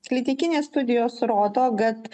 klinikinės studijos rodo kad